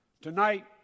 Tonight